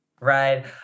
right